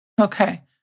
Okay